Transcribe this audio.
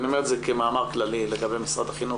ואני אומר את זה כמאמר כללי לגבי משרד החינוך,